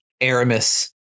aramis